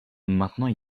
maintenant